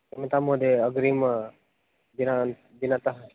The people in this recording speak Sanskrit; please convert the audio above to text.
क्षम्यतां महोदय अग्रिमः दिनतः दिनतः